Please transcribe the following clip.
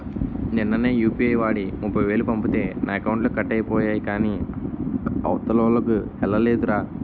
నిన్ననే యూ.పి.ఐ వాడి ముప్ఫైవేలు పంపితే నా అకౌంట్లో కట్ అయిపోయాయి కాని అవతలోల్లకి ఎల్లలేదురా